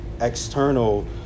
external